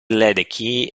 ledecky